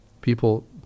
people